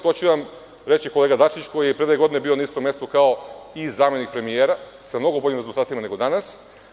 To će vam reći kolega Dačić, koji je pre dve godine bio na istom mestu, kao zamenik premijera, sa mnogo boljim rezultatima nego danas.